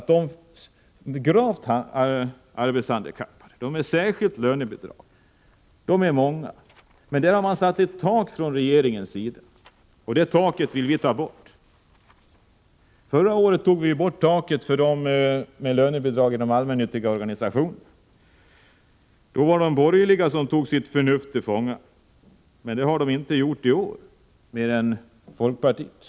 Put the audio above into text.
De gravt arbetshandikappade med särskilt lönebidrag är många, och regeringen har satt ett tak för antalet årsarbetstimmar. Vi i vänsterpartiet kommunisterna har sagt att vi vill ta bort det taket. Förra året tog vi ju bort taket för dem med lönebidrag inom allmännyttiga organisationer. Då tog de borgerliga sitt förnuft till fånga, men det har de inte gjort i år — mer än folkpartiet.